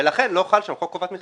ולכן לא חל שם חוק חובת המכרזים.